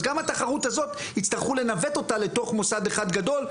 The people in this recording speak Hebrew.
אז גם התחרות הזאת יצטרכו לנווט אותה לתוך מוסד אחד גדול,